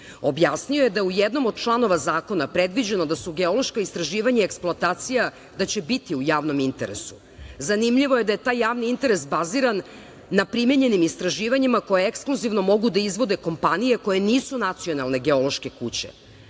je da je u jednom od članova zakona predviđeno da su geološka istraživanja i eksploatacija da će biti u javnom interesu. Zanimljivo je da je taj javni interes baziran na primenjenim istraživanjima koje ekskluzivno mogu da izvode kompanije koje nisu nacionalne geološke